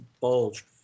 bulge